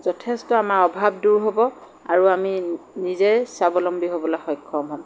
যথেষ্ট আমাৰ অভাৱ দূৰ হ'ব আৰু আমি নিজে স্বাৱলম্বী হ'বলৈ সক্ষম হ'ম